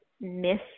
miss